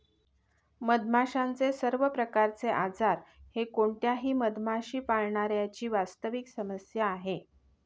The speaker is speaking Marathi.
मधमाशांचे सर्व प्रकारचे आजार हे कोणत्याही मधमाशी पाळणाऱ्या ची वास्तविक समस्या आहे